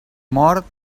mort